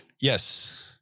Yes